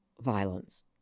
violence